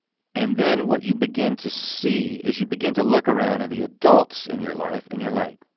and then what you begin to see is you begin to look around at the adults in your life and you're like,